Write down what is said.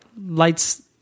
lights